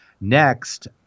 Next